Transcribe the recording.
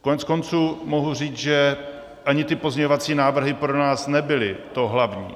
Koneckonců mohu říci, že ani ty pozměňovací návrhy pro nás nebyly to hlavní.